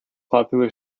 popular